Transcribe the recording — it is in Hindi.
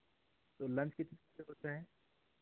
तो लंच कितने बजे होता है